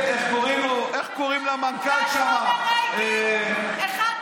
מקבלת 45,000 50,000 שקל על חשבון אזרחי מדינת ישראל.